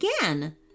again